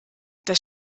das